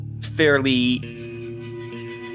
fairly